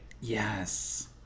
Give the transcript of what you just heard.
yes